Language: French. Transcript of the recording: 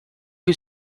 que